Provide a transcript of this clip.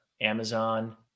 Amazon